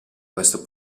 questo